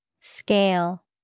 Scale